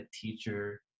teacher